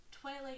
Twilight